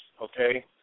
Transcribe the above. okay